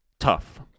tough